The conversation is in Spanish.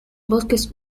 bosques